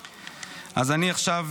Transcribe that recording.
כמובן.